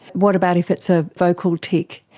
what about if it's a vocal tic?